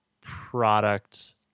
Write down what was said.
product